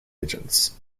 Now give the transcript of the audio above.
agents